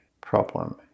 problem